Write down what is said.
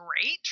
great